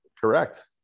Correct